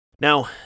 Now